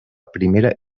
primera